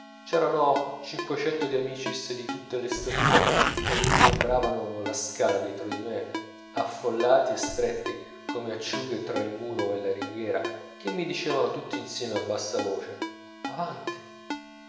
c'erano cinquecento de amicis di tutte le stature che ingombravano la scala dietro di me affollati e stretti come acciughe tra il muro e la ringhiera che mi dicevano tutt'insieme a bassa voce avanti